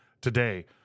today